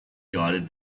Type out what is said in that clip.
guided